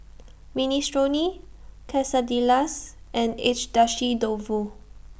Minestrone Quesadillas and Agedashi Dofu